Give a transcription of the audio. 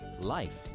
life